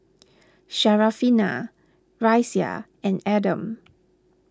Syarafina Raisya and Adam